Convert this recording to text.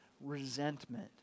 resentment